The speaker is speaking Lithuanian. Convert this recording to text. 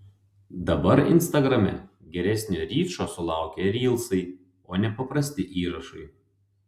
dabar instagrame geresnio ryčo sulaukia rylsai o ne paprasti įrašai